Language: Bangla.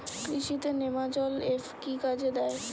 কৃষি তে নেমাজল এফ কি কাজে দেয়?